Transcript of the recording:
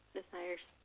desires